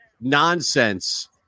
nonsense